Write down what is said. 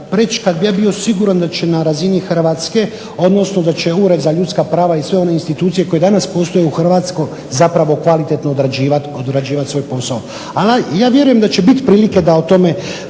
preći kada bih bio siguran da će na razini Hrvatske odnosno da će Ured za ljudska prava i sve one institucije koje danas postoje u Hrvatskoj zapravo kvalitetno odrađivati svoj posao. Ali ja mislim da će biti prilike da o tome